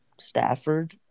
Stafford